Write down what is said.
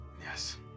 Yes